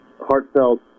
heartfelt